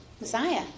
Messiah